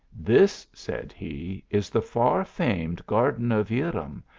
this, said he, is the far famed garden of irem,